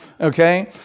Okay